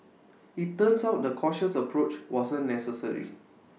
IT turns out the cautious approach wasn't necessary